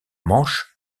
manches